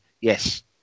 Yes